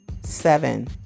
seven